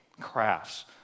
Crafts